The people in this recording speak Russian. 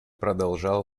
продолжал